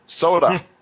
Soda